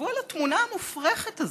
תחשבו על התמונה המופרכת הזאת: